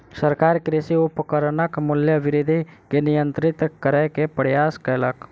सरकार कृषि उपकरणक मूल्य वृद्धि के नियंत्रित करै के प्रयास कयलक